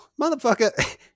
Motherfucker